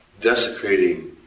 desecrating